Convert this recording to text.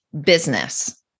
business